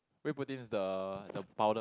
whey protein is the the powder